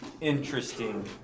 interesting